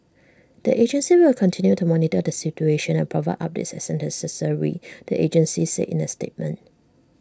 the agency will continue to monitor the situation and provide updates as necessary the agency said in A statement